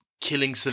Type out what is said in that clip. killing